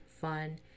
fun